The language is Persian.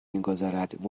میگذارد